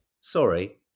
Sorry